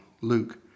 Luke